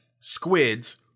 squids